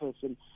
person